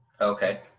Okay